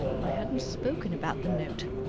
i hadn't spoken about the note.